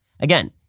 Again